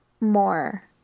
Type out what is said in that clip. more